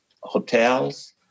hotels